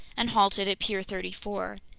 and halted at pier thirty four.